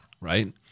right